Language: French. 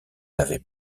n’avait